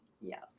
Yes